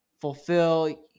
fulfill